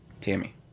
Tammy